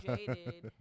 Jaded